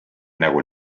nägu